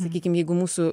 sakykim jeigu mūsų